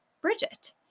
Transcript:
Bridget